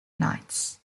nights